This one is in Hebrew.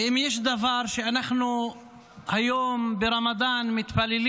ואם יש דבר שאנחנו היום ברמדאן מתפללים